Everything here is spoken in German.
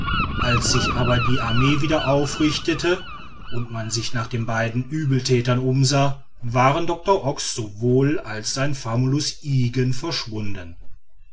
als sich aber die armee wieder aufrichtete und man sich nach den beiden uebelthätern umsah waren doctor ox sowohl als sein famulus ygen verschwunden